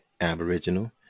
Aboriginal